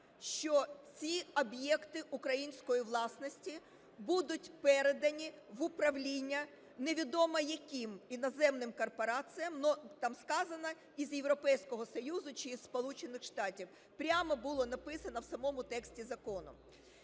що ці об'єкти української власності будуть передані в управління невідомо яким іноземним корпораціям, але там сказано - із Європейського Союзу чи з Сполучених Штатів. Прямо було написано в самому тексті закону.